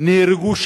נהרגו שמה.